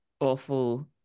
awful